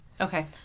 Okay